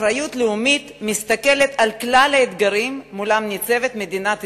אחריות לאומית מסתכלת על כלל האתגרים שמולם ניצבת מדינת ישראל,